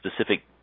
specific